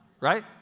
right